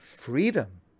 Freedom